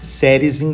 séries